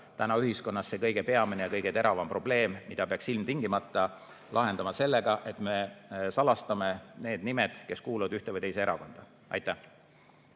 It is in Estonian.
täna ühiskonnas kõige peamine ja kõige teravam probleem, mida peaks ilmtingimata lahendama sellega, et me salastame, kes kuulub ühte või teise erakonda. Aitäh!